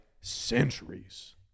centuries